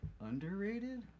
underrated